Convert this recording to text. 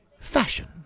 fashion